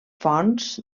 fonts